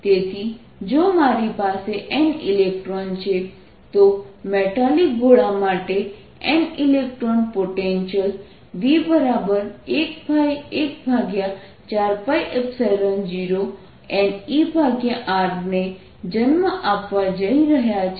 તેથી જો મારી પાસે n ઇલેક્ટ્રોન છે તો મેટાલિક ગોળા માટે n ઇલેક્ટ્રોન પોટેન્શિયલ V14π0n eRને જન્મ આપવા જઈ રહ્યા છે